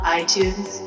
iTunes